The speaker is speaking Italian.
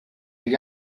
gli